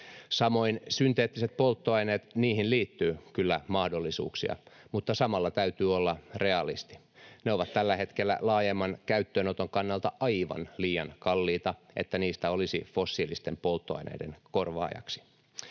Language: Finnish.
Samoin synteettisiin polttoaineisiin liittyy kyllä mahdollisuuksia, mutta samalla täytyy olla realisti. Ne ovat tällä hetkellä laajemman käyttöönoton kannalta aivan liian kalliita, että niistä olisi fossiilisten polttoaineiden korvaajaksi.